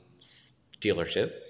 dealership